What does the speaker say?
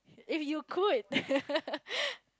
if you could